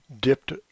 dipped